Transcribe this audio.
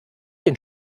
den